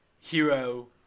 Hero